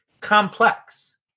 complex